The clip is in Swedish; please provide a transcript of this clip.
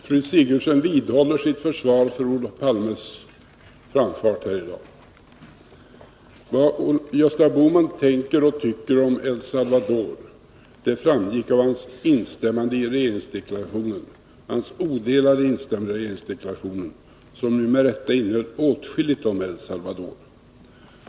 Fru talman! Fru Sigurdsen vidhåller sitt försvar för Olof Palmes framfart här i dag. Vad Gösta Bohman tänker och tycker om El Salvador framgick av hans odelade instämmande i regeringsdeklarationen, som ju med rätta innehöll åtskilligt om El Salvador.